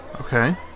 Okay